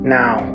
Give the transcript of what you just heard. now